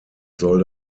soll